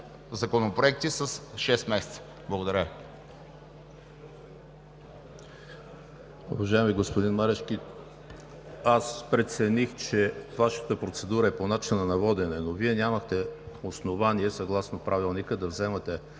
законопроекти с шест месеца. Благодаря